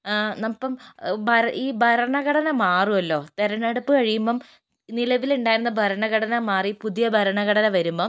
ഇപ്പം ബാർ ഈ ഭരണഘടന മാറുവല്ലോ തെരഞ്ഞെടുപ്പ് കഴിയുമ്പം നിലവിലുണ്ടായിരുന്ന ഭരണഘടന മാറി പുതിയ ഭരണഘടന വരുമ്പം